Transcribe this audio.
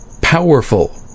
powerful